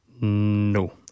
No